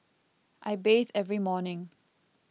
I bathe every morning